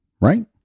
right